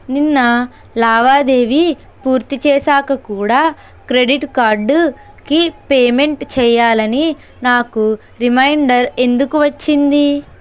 నిన్న లావాదేవీ పూర్తి చేసాక కూడా క్రెడిట్ కార్డుకి పేమెంట్ చెయ్యాలని నాకు రిమైండర్ ఎందుకు వచ్చింది